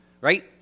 Right